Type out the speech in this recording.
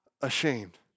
ashamed